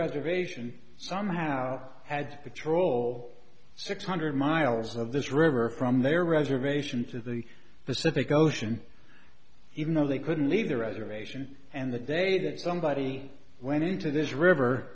reservation somehow had patrol six hundred miles of this river from their reservations to the pacific ocean even though they couldn't leave the reservation and the day that somebody went into this river